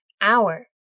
hour